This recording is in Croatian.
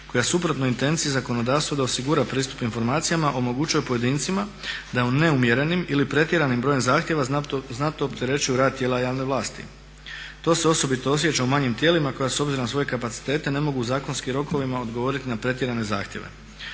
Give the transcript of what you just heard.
koja suprotno intenciji zakonodavstva da osigura pristup informacijama omogućuje pojedincima da u neumjerenim ili pretjeranim brojem zahtjeva znatno opterećuju rad tijela javne vlasti. To se osobito osjeća u manjim tijelima koja s obzirom na svoje kapacitete ne mogu u zakonskim rokovima odgovoriti na pretjerane zahtjeve.